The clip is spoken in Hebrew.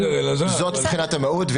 --- זאת מבחינת המהות.